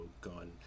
gone